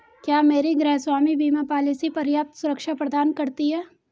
क्या मेरी गृहस्वामी बीमा पॉलिसी पर्याप्त सुरक्षा प्रदान करती है?